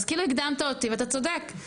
אז כאילו הקדמת אותי ואתה צודק.